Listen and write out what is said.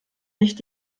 nicht